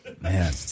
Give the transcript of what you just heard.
Man